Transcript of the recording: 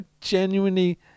genuinely